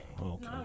Okay